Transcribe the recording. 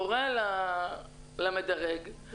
קורא למדרג,